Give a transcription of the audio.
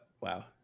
Wow